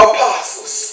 Apostles